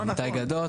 איתי גדות,